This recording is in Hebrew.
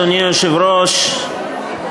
אדוני היושב-ראש,